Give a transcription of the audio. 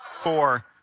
Four